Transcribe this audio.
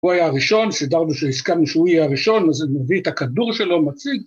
‫הוא היה הראשון, סידרנו שהסכמנו ‫שהוא יהיה הראשון, ‫אז הוא מביא את הכדור שלו ומציג.